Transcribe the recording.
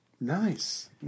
Nice